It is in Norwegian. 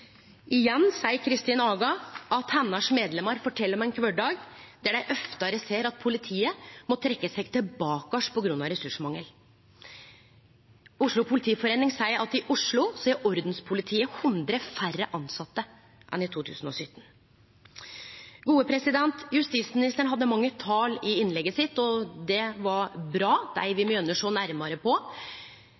Igjen seier Kristin Aga at medlemmene hennar fortel om ein kvardag der dei oftare ser at politiet må trekkje seg tilbake på grunn av ressursmangel. Oslo Politiforening seier at i Oslo har ordenspolitiet 100 færre tilsette enn i 2017. Justisministeren hadde mange tal i innlegget sitt, og det er bra, dei vil me gjerne sjå nærare på.